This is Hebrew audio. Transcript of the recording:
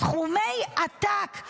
סכומי עתק.